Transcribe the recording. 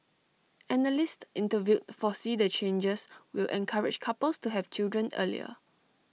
analysts interviewed foresee the changes will encourage couples to have children earlier